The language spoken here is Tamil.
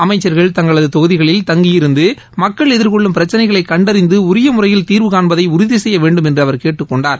அமைச்சர்கள் தங்களது தொகுதிகளில் தங்கியிருந்து மக்கள் எதிர்கொள்ளும் பிரச்னைகளைக் கண்டறிந்து உரிய முறையில் தீர்வு காண்பதை உறுதி செய்ய வேண்டுமென்று அவர் கேட்டுக் கொண்டார்